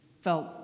felt